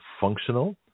functional